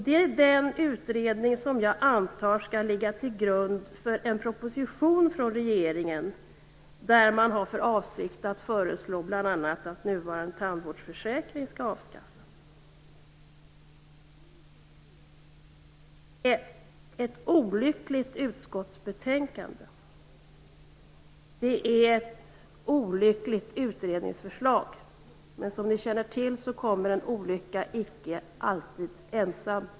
Det är den utredning som jag antar skall ligga till grund för en proposition från regeringen, där man har för avsikt att föreslå bl.a. att vår nuvarande tandvårdsförsäkring skall avskaffas. Det är ett olyckligt utskottsbetänkande. Det är ett olyckligt utredningsförslag. Men som ni känner till kommer en olycka icke alltid ensam.